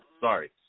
Sorry